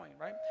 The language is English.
right